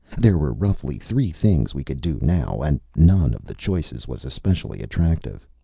there were roughly three things we could do now, and none of the choices was especially attractive.